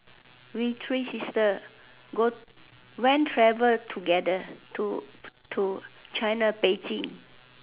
we three sister go went travel together to to China Beijing